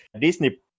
Disney